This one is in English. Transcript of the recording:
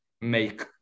make